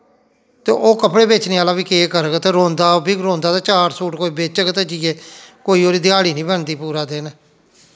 ते ओह् कपड़े बेचने आह्ला बी केह् करग ते रोंह्दा ओह् बी रोंह्दा चार सूट कोई बेचग ते जाइयै कोई ओह्दी ध्याढ़ी निं बनदी पूरा दिन